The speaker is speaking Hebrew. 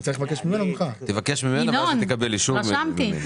תבקש ממנה ואז תקבל אישור ממני.